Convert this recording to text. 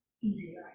easier